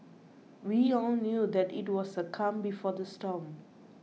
we all knew that it was the calm before the storm